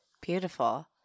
Beautiful